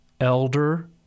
Elder